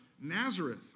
Nazareth